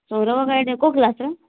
Saurabh guide କେଉଁ କ୍ଲାସର